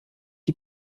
die